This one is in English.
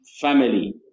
family